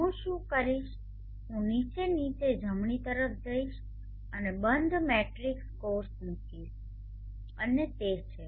હું શું કરીશ હું નીચે નીચે જમણી તરફ જઈશ અને બંધ મેટ્રિક્સ કૌંસ મૂકીશ અને તે છે